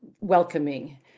welcoming